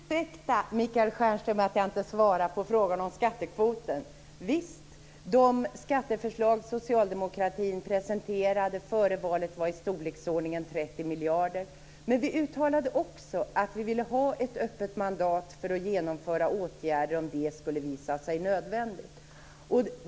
Fru talman! Ursäkta, Michael Stjernström, för att jag inte svarade på frågan om skattekvoten. Visst, de skatteförslag socialdemokratin presenterade före valet var i storleksordningen 30 miljarder. Men vi uttalade också att vi ville ha ett öppet mandat för att genomföra åtgärder om det skulle visa sig nödvändigt.